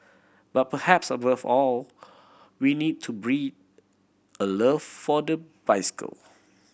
but perhaps above all we need to breed a love for the bicycle